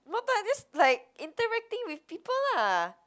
no but this like interacting with people lah